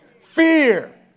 fear